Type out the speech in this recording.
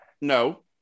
No